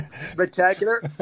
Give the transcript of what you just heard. spectacular